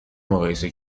مقایسه